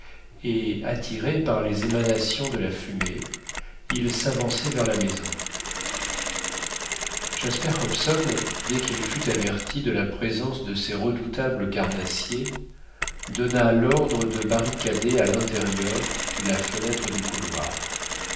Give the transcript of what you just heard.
et attirés par les émanations de la fumée ils s'avançaient vers la maison jasper hobson dès qu'il fut averti de la présence de ces redoutables carnassiers donna l'ordre de barricader à l'intérieur la fenêtre du couloir